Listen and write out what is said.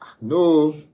no